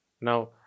Now